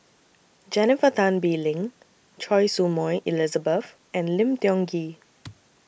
Jennifer Tan Bee Leng Choy Su Moi Elizabeth and Lim Tiong Ghee